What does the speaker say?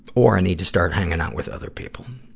or, i need to start hanging out with other people.